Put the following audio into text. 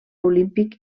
olímpic